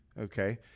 Okay